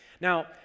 Now